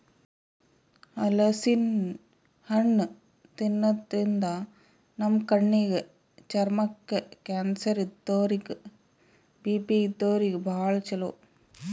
ಹಲಸಿನ್ ಹಣ್ಣ್ ತಿನ್ನಾದ್ರಿನ್ದ ನಮ್ ಕಣ್ಣಿಗ್, ಚರ್ಮಕ್ಕ್, ಕ್ಯಾನ್ಸರ್ ಇದ್ದೋರಿಗ್ ಬಿ.ಪಿ ಇದ್ದೋರಿಗ್ ಭಾಳ್ ಛಲೋ